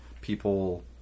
people